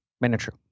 manager